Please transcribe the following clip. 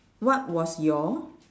what was your